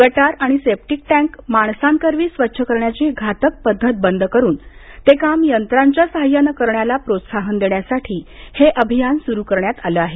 गटारी आणि septic tank माणसांकरवी स्वच्छ करण्याची घातक पद्धत बंद करुन ते काम यंत्रांच्या साह्यानं करण्याला प्रोत्साहन देण्यासाठी हे अभियान सुरू करण्यात आलं आहे